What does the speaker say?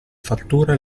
fattura